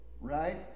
Right